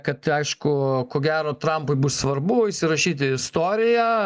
kad aišku ko gero trampui bus svarbu įsirašyt į istoriją